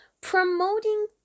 promoting